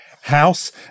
house